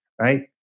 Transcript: Right